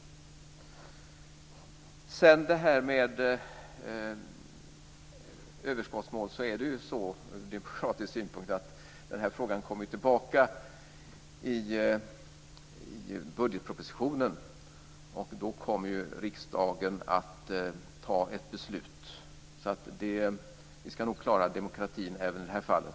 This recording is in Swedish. När det sedan gäller överskottsmål och den demokratiska synpunkten är det ju så att den här frågan kommer tillbaka i budgetpropositionen. Då kommer riksdagen att ta ett beslut. Vi ska nog klara demokratin även i det här fallet.